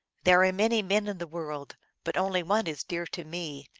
there are many men in the world, but only one is dear to me.